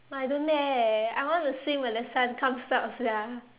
like I don't dare eh I want to swim when the sun comes up sia